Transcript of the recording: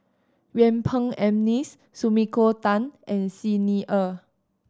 Yuen Peng McNeice Sumiko Tan and Xi Ni Er